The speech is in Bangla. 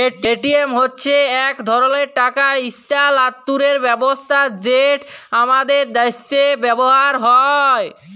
পেটিএম হছে ইক ধরলের টাকা ইস্থালাল্তরের ব্যবস্থা যেট আমাদের দ্যাশে ব্যাভার হ্যয়